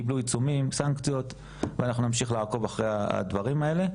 קיבלו עיצומים וסנקציות ואנחנו נמשיך לעקוב אחרי הדברים האלה.